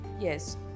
Yes